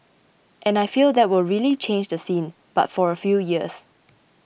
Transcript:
and I feel that will really change the scene but for a few years